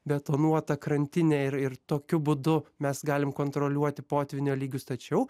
betonuotą krantinę ir ir tokiu būdu mes galim kontroliuoti potvynio lygius tačiau